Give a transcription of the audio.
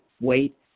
weight